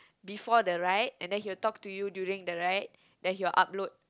before the ride and then he will talk to you during the ride then he will upload